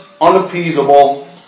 unappeasable